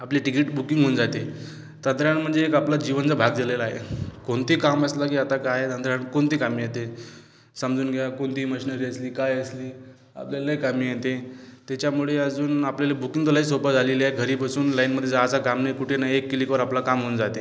आपली ticket booking होऊन जाते तंत्रज्ञान म्हणजे एक आपल्या जीवनाचा एक भाग झालेला आहे कोणतेही काम असलं की आता काय तंत्रज्ञानात कोणती कामे येते समजून घ्या कोणती मशिनरी असली काय असली आपल्या लय कामी येते त्याच्यामुळे अजून आपल्याला बुकिंग तर लय सोपं झालेलं आहे घरी बसून लाईनमध्ये जायचं काम नाही कुठे नाही एक किलीकवर आपलं काम होऊन जाते